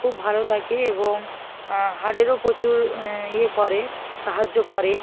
খুব ভালো থাকে এবং হাড়েরও প্রচুর ইয়ে করে সাহায্য করে